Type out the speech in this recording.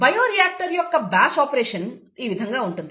bio reactor యొక్క batch operation ఈ విధంగా ఉంటుంది